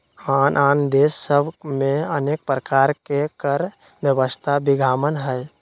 आन आन देश सभ में अनेक प्रकार के कर व्यवस्था विद्यमान हइ